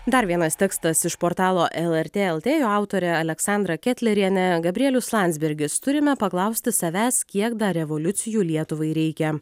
dar vienas tekstas iš portalo lrt lt jo autorė aleksandra ketlerienė gabrielius landsbergis turime paklausti savęs kiek dar revoliucijų lietuvai reikia